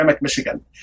Michigan